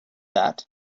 that